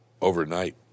overnight